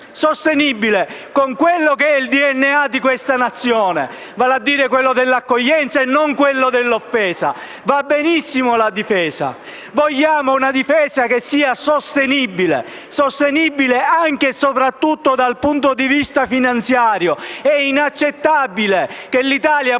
sostenibile per il DNA di questa Nazione, vale a dire l'accoglienza e non l'offesa. Va benissimo la difesa. Vogliamo una difesa che sia sostenibile, anche e soprattutto dal punto di vista finanziario. È inaccettabile che l'Italia porti